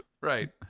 right